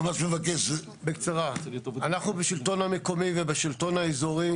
אנחנו בשלטון המקומי ובשלטון האזורי